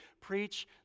preach